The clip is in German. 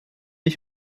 ich